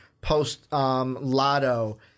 post-lotto